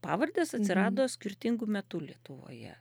pavardės atsirado skirtingu metu lietuvoje